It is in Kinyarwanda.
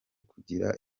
kugira